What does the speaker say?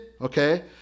okay